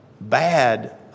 bad